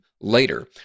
later